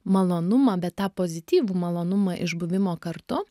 malonumą bet tą pozityvų malonumą iš buvimo kartu